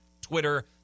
Twitter